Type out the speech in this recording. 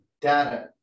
data